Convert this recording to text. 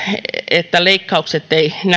että leikkaukset eivät